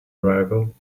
arrival